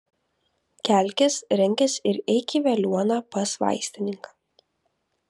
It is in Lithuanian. kelkis renkis ir eik į veliuoną pas vaistininką